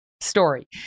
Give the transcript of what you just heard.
story